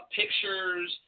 pictures